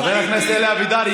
חבר כנסת אלי אבידר,